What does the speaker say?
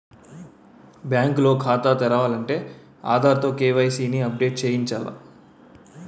bank లో ఖాతా తెరాలంటే ఆధార్ తో కే.వై.సి ని అప్ డేట్ చేయించాల